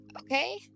Okay